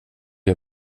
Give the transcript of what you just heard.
jag